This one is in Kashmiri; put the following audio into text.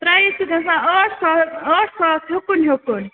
پرایس چھُ گَژھان ٲٹھۍ ساس ٲٹھ ساس یُکُن یُکُن